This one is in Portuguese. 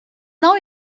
não